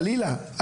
חלילה,